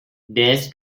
this